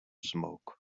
smoke